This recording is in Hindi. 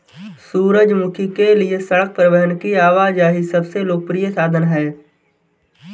सूरजमुखी के लिए सड़क परिवहन की आवाजाही सबसे लोकप्रिय साधन है